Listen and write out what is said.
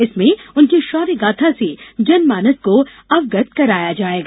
इनमें उनकी शौर्यगाथा से जनमानस को अवगत करवाया जाएगा